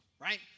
Right